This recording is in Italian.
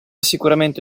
sicuramente